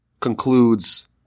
concludes